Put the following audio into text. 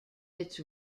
its